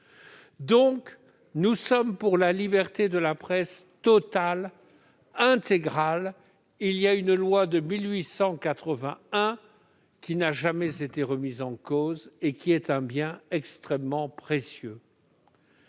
passé. Nous sommes pour la liberté de la presse totale et intégrale. La loi de 1881, qui n'a jamais été remise en cause, est un bien extrêmement précieux.